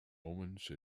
omens